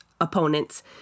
opponents